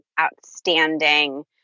outstanding